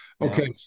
Okay